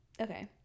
Okay